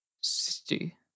city